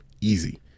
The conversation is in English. easy